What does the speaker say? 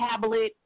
tablet